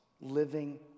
living